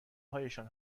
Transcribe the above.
هایشان